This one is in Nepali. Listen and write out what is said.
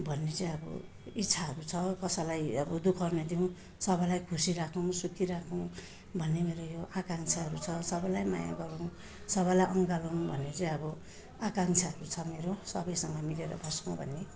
भन्ने चाहिँ अब इच्छाहरू छ कसैलाई अब दुःख नदिउँ सबैलाई खुसी राखौँ सुखी राखौँ भन्ने मेरो यो आकांक्षाहरू छ सबैलाई माया गरौँ सबैलाई अँगालौँ भन्ने चाहिँ अब आकांक्षाहरू छ मेरो सबैसँग मिलेर बसौँ भन्ने